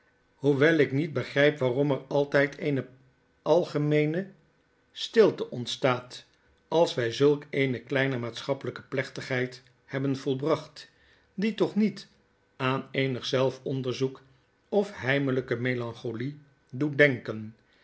hoewel ik niet begrijp w a a r o m er altjjd eene algemeene stilte ontstaat als wy zulk eene kleinemaatschappelijkeplecltigheid hebben volbracht die toch niet aan eenig zelfonderzoek of heimelyke melancholie doet denken